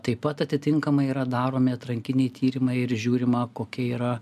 taip pat atitinkamai yra daromi atrankiniai tyrimai ir žiūrima kokia yra